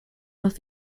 los